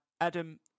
Adam